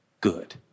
good